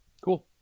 Cool